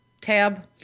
tab